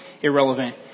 irrelevant